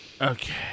Okay